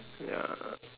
ya